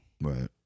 Right